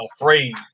afraid